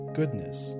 goodness